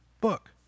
book